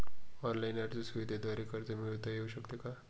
Online अर्ज सुविधांद्वारे कर्ज मिळविता येऊ शकते का?